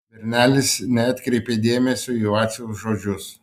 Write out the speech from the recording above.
bernelis neatkreipė dėmesio į vaciaus žodžius